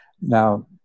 now